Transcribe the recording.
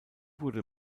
wurde